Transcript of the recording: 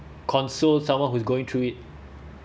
console someone who's going through it